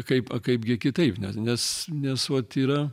kaip a kaipgi kitaip nes nes nes uot yra